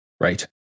Right